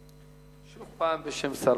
שוב פעם בשם שר